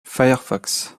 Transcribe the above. firefox